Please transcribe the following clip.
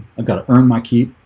i've got to earn my keep